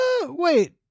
wait